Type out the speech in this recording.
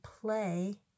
play